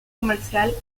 comercial